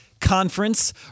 conference